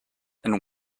and